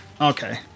Okay